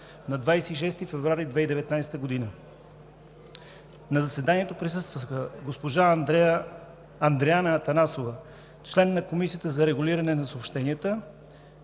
на 26 февруари 2019 г. На заседанието присъстваха: госпожа Андреана Атанасова – член на Комисията за регулиране на съобщенията,